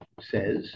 says